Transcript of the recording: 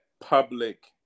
public